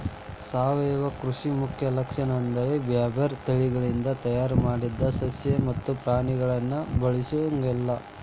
ಸಾವಯವ ಕೃಷಿ ಮುಖ್ಯ ಲಕ್ಷಣ ಅಂದ್ರ ಬ್ಯಾರ್ಬ್ಯಾರೇ ತಳಿಗಳಿಂದ ತಯಾರ್ ಮಾಡಿದ ಸಸಿ ಮತ್ತ ಪ್ರಾಣಿಗಳನ್ನ ಬಳಸೊಂಗಿಲ್ಲ